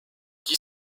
qui